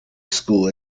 school